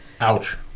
Ouch